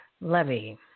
Levy